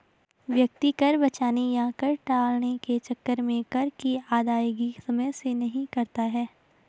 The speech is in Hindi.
व्यक्ति कर बचाने या कर टालने के चक्कर में कर की अदायगी समय से नहीं करता है